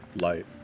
light